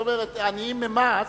זאת אומרת, עניים ממעש,